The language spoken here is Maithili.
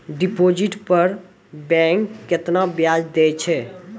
डिपॉजिट पर बैंक केतना ब्याज दै छै?